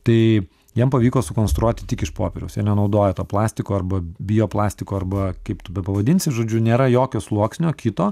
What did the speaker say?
tai jiem pavyko sukonstruoti tik iš popieriaus jie nenaudoja to plastiko arba bioplastiko arba kaip bepavadinsi žodžiu nėra jokio sluoksnio kito